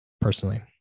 personally